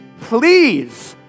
please